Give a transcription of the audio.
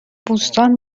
بوستان